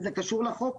זה קשור לחוק.